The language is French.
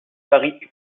paris